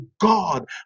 God